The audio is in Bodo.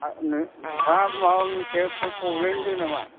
नोंथाङा माबा मोनसे प्रब्लेम दं नामा